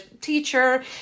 teacher